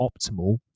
optimal